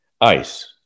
ice